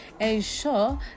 Ensure